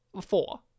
four